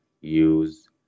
use